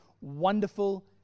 Wonderful